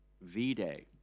V-Day